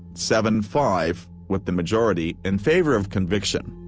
seven five, with the majority in favor of conviction.